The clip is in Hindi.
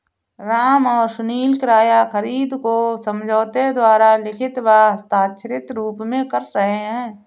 राम और सुनील किराया खरीद को समझौते द्वारा लिखित व हस्ताक्षरित रूप में कर रहे हैं